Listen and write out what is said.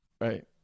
right